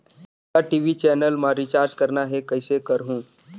मोला TV channel मा recharge करना हे, कइसे करहुँ?